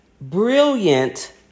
brilliant